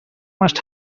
must